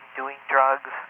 doing drugs,